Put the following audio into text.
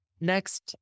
Next